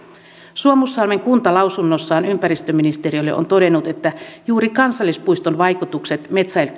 suomussalmen kunta lausunnossaan ympäristöministeriölle on todennut että juuri kansallispuiston vaikutukset